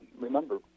Remember